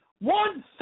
one